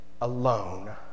alone